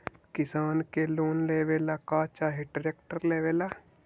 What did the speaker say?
किसान के लोन लेबे ला का चाही ट्रैक्टर लेबे ला?